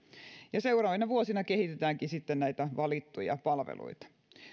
ja seuraavina vuosina kehitetäänkin sitten näitä valittuja palveluita